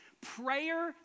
prayer